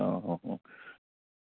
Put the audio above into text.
हां हां हां